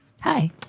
Hi